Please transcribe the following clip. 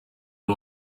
uri